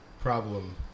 problem